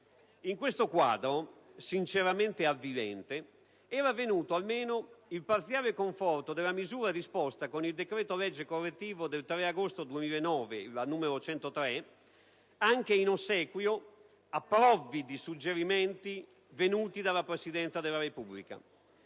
In questo quadro, sinceramente avvilente, era venuto almeno il parziale conforto della misura disposta con il decreto-legge correttivo del 3 agosto 2009, n. 103, anche in ossequio a provvidi suggerimenti venuti dalla Presidenza della Repubblica: